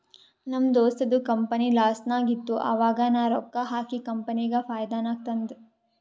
ನಮ್ ದೋಸ್ತದು ಕಂಪನಿ ಲಾಸ್ನಾಗ್ ಇತ್ತು ಆವಾಗ ನಾ ರೊಕ್ಕಾ ಹಾಕಿ ಕಂಪನಿಗ ಫೈದಾ ನಾಗ್ ತಂದ್